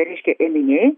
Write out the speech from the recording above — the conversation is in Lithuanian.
reiškia ėminiai